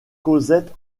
cosette